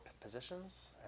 positions